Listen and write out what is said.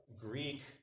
Greek